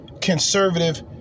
conservative